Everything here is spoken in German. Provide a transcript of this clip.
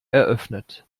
eröffnet